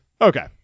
Okay